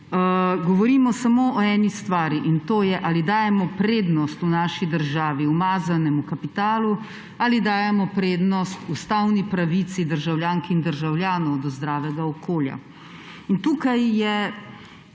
govorimo samo o eni stvari, in to je, ali dajemo prednost v naši državi umazanemu kapitalu ali dajemo prednost ustavni pravici državljank in državljanov do zdravega okolja.